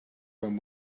when